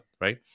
right